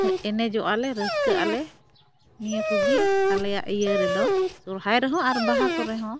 ᱮᱱᱮᱡᱚᱜᱟᱞᱮ ᱨᱟᱹᱥᱠᱟᱹᱜ ᱟᱞᱮ ᱱᱤᱭᱟᱹᱠᱚᱜᱮ ᱟᱞᱮᱭᱟᱜ ᱤᱭᱟᱹᱨᱮᱫᱚ ᱥᱚᱦᱚᱨᱟᱭ ᱨᱮᱦᱚᱸ ᱟᱨ ᱵᱟᱦᱟ ᱠᱚᱨᱮᱦᱚᱸ